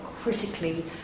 critically